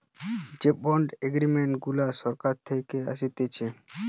যে bond agreement গুলা সরকার থাকে আসতেছে